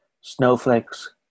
snowflakes